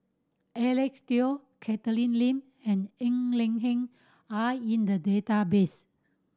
Eric Teo Catherine Lim and Ng Eng Hen are in the database